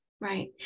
Right